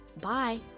Bye